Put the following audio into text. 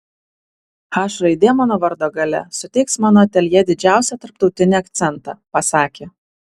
h raidė mano vardo gale suteiks mano ateljė didžiausią tarptautinį akcentą pasakė